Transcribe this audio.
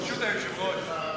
ברשות היושב-ראש.